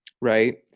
Right